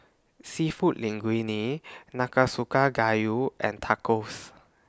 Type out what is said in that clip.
Seafood Linguine Nanakusa Gayu and Tacos